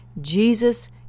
Jesus